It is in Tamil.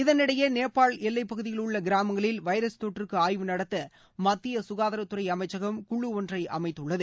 இதனிடையே நேபாள் எல்லைப் பகுதியிலுள்ள கிராமங்களில் வைரஸ் தொற்றுக்கு ஆய்வு நடத்த மத்திய சுகாதாரத்துறை அமைச்சகம் குழு ஒன்றை அமைத்துள்ளது